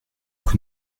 coup